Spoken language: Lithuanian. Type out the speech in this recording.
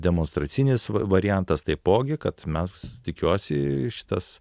demonstracinis va variantas taipogi kad mes tikiuosi šitas